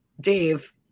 Dave